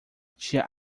tia